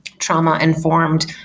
trauma-informed